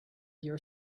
your